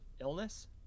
illness